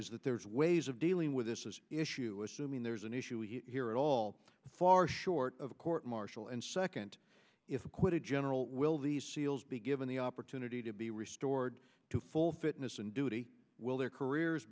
is that there's ways of dealing with this is issue assuming there's an issue here at all far short of court martial and second if acquitted general will these seals be given the opportunity to be restored to full fitness and duty will their careers